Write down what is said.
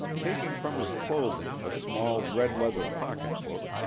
taking from his clothing a small red-leather pocketbook,